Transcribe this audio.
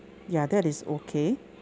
ya that is okay